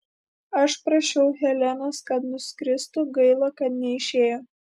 aš prašiau helenos kad nuskristų gaila kad neišėjo